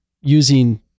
using